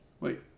Wait